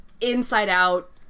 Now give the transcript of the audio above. inside-out